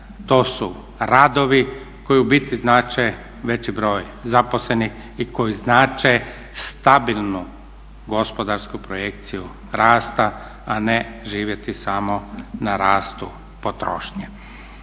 to su radovi koji u biti znače veći broj zaposlenih i koji znače stabilnu gospodarsku projekciju rasta a ne živjeti samo na rastu potrošnje.